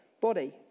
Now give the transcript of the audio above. body